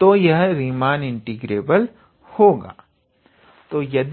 तो यह Riemann integrable होगा